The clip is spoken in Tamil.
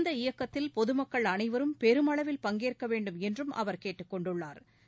இந்த இயக்கத்தில் பொதுமக்கள் அனைவரும் பெருமளவில் பங்கேற்க வேண்டும் என்றும் அவர் கேட்டுக்கொண்டுள்ளாா்